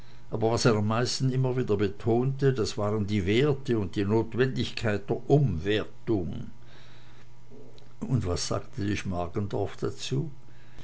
aber was er am meisten immer wieder betonte das waren die werte und die notwendigkeit der umwertung und was sagte die schmargendorf dazu